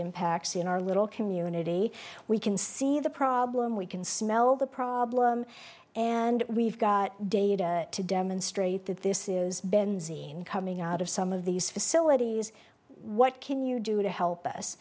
impacts in our little community we can see the problem we can smell the problem and we've got data to demonstrate that this is benzene coming out of some of these facilities what can you do to help us